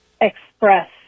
express